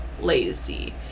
lazy